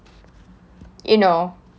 you know